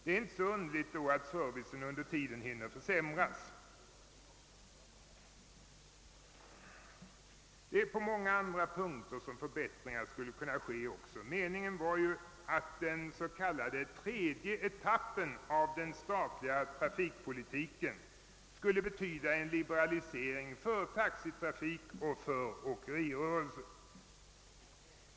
Det är inte underligt att servicen under tiden hinner försämras. På många andra punkter skulle för bättringar kunna genomföras. Meningen. var att den s.k. tredje etappen i den statliga trafikpolitiken skulle betyda en liberalisering för taxitrafiken och åkerirörelsen.